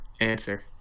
answer